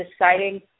deciding